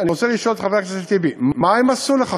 אני רוצה לשאול את חבר הכנסת טיבי: מה הן עשו לך,